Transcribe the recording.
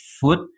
foot